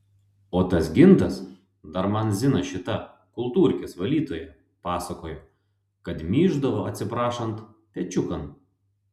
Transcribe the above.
o tas gintas dar man zina šita kultūrkės valytoja pasakojo kad myždavo atsiprašant pečiukan